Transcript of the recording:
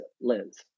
lens